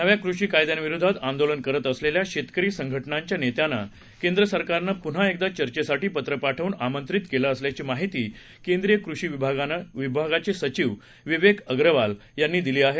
नव्याकृषीकायद्यांविरुद्धआंदोलनकरतअसलेल्याशेतकरीसंघटनांच्यानेत्यांनाकेंद्र सरकारनंपुन्हाएकदाचर्चेसाठीपत्रपाठवूनआमंत्रितकेलंअसल्याचीमाहितीकेंद्रीयकृषीविभा गाचेसचिवविवेकअग्रवालयांनीदिलीआहे